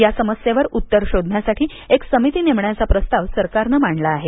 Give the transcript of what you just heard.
या समस्येवर उत्तर शोधण्यासाठी एक समिती नेमण्याचा प्रस्ताव सरकारनं मांडला आहे